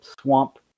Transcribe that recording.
swamp